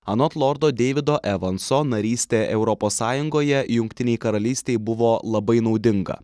anot lordo deivido evanso narystė europos sąjungoje jungtinei karalystei buvo labai naudinga